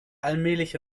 allmählich